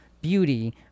beauty